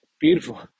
Beautiful